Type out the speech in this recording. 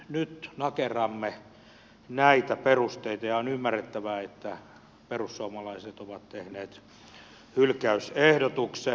nyt nakerramme näitä perusteita ja on ymmärrettävää että perussuomalaiset ovat tehneet hylkäysehdotuksen